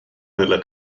nella